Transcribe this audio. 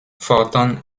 fortan